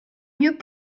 mieux